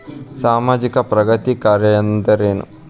ಸಾಮಾಜಿಕ ಪ್ರಗತಿ ಕಾರ್ಯಾ ಅಂದ್ರೇನು?